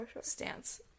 stance